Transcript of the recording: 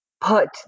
put